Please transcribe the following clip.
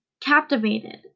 captivated